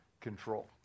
control